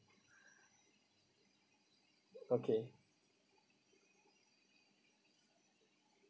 okay